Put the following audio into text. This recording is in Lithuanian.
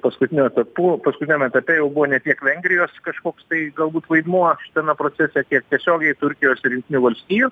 paskutiniu etapu paskutiniam etape jau buvo ne tiek vengrijos kažkoks tai galbūt vaidmuo šitame procese kiek tiesiogiai turkijos ir jungtinių valstijų